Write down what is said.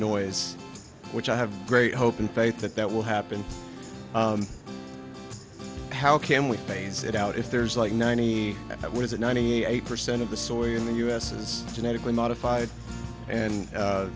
noise which i have great hope and faith that that will happen how can we phase it out if there's like ninety was it ninety eight percent of the soil in the u s is genetically modified and